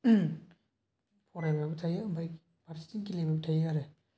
फरायबायबो थायो फारसेथिं गेलेबायबो थायो आरो